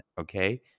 okay